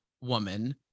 woman